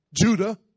Judah